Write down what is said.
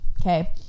Okay